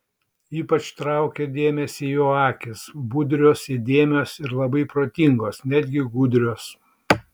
ypač traukė dėmesį jo akys budrios įdėmios ir labai protingos netgi gudrios